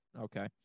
Okay